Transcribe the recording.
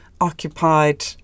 occupied